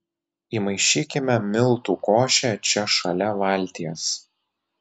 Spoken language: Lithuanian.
įmaišykime miltų košę čia šalia valties